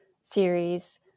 series